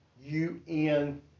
UN